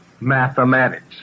mathematics